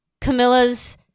Camilla's